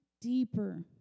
deeper